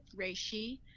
reishi